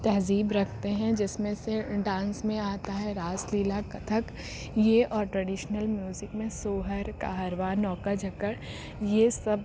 تہذیب رکھتے ہیں جس میں سے ڈانس میں آتا ہے راس لیلا کتھک یہ اور ٹریڈیشنل میوزک میں سوہر کاہروا نوکا جھکڑ یہ سب